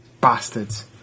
Bastards